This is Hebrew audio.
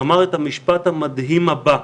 שאמר את המשפט המדהים הבא.